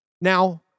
Now